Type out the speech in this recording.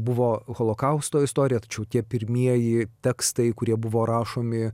buvo holokausto istorija tačiau tie pirmieji tekstai kurie buvo rašomi